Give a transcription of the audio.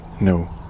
No